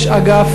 יש אגף